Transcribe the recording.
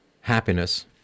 happiness